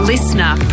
Listener